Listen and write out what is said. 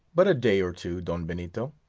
but a day or two, don benito.